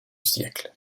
siècle